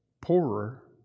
poorer